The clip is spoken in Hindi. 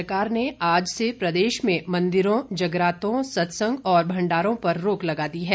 सरकार ने आज से प्रदेश में मंदिरों और जगरातों सत्संग व भण्डारों पर रोक लगा दी है